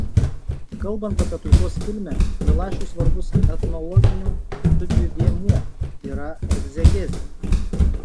kalbant apie tautos kilmę milašiui svarbus etnologinių studijų dėmuo yra egzegezė